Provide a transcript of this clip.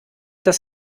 dass